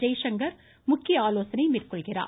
ஜெய்சங்கர் முக்கிய ஆலோசனை மேற்கொள்கிறார்